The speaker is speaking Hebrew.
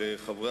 אתה מבין?